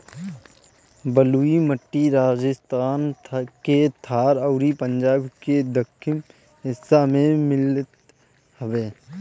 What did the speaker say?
बलुई माटी राजस्थान के थार अउरी पंजाब के दक्खिन हिस्सा में मिलत हवे